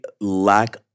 lack